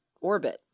orbit